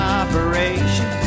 operation